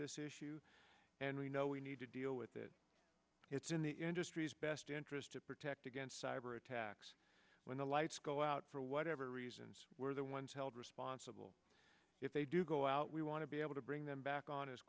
this issue and we know we need to deal with it it's in the industry's best interest to protect against cyber attacks when the lights go out for whatever reasons we're the ones held responsible if they do go out we want to be able to bring them back on as